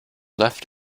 left